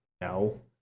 No